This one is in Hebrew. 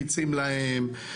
מרביצים להם,